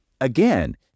again